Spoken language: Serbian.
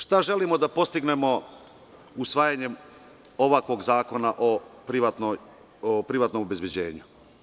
Šta želimo da postignemo usvajanjem ovakvog zakona o privatnom obezbeđenju?